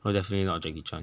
so definitely not jackie chan